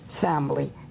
family